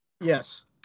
Yes